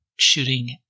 shooting